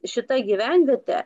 šita gyvenvietė